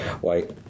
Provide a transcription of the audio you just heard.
White